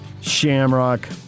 Shamrock